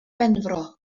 benfro